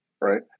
right